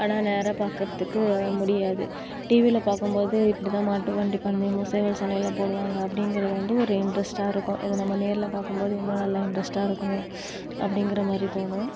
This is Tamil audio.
ஆனால் நேராக பார்க்குறதுக்கு முடியாது டிவியில பார்க்கும்போது இப்படித்தான் மாட்டு வண்டி பந்தயமும் சேவல் சண்டைளாம் போடுவாங்க அப்படிங்குறது வந்து ஒரு இன்ட்ரஸ்ட்டாக இருக்கும் இது நம்ம நேரில் பார்க்கும்போது இன்னும் நல்ல இன்ட்ரஸ்டாக இருக்குமே அப்படிங்குற மாதிரி தோணும்